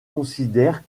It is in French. considèrent